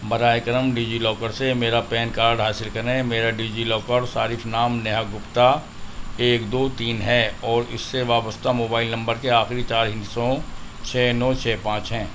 براہ کرم DigiLocker سے میرا پین کارڈ حاصل کریں میرا ڈی جی لاکر صارف نام نیہا گپتا ایک دو تین ہے اور اس سے وابستہ موبائل نمبر کے آخری چار ہندسوں چھ نو چھ پانچ ہیں